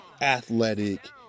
athletic